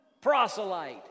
proselyte